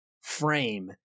frame